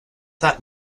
that